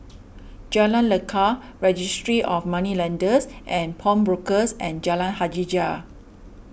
Jalan Lekar Registry of Moneylenders and Pawnbrokers and Jalan Hajijah